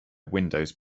windows